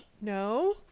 No